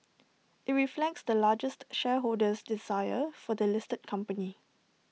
IT reflects the largest shareholder's desire for the listed company